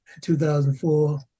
2004